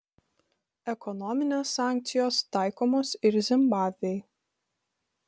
ekonominės sankcijos taikomos ir zimbabvei